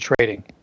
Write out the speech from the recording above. trading